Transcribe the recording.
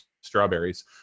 strawberries